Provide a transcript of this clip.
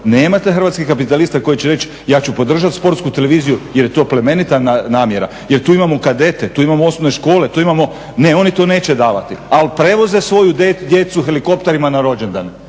nemate hrvatskih kapitalista koji će reći ja ću podržati Sportsku televiziju jer je to plemenita namjera, jer tu imamo kadete, tu imamo osnovne škole, tu imamo. Ne, oni to neće davati, ali prevoze svoju djecu helikopterima na rođendane.